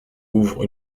ouvre